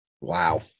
Wow